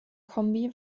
kombi